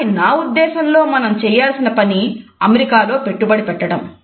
కానీ నా ఉద్దేశంలో మనం చేయాల్సిన పని అమెరికా లో పెట్టుబడి పెట్టడం